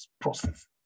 process